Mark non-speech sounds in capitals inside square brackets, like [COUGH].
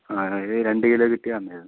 ആ [UNINTELLIGIBLE] രണ്ട് കിലോ കിട്ടിയാൽ നന്നായിരുന്നു